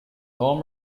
home